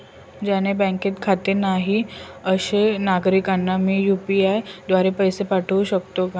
ज्यांचे बँकेत खाते नाही अशा नागरीकांना मी यू.पी.आय द्वारे पैसे पाठवू शकतो का?